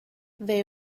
they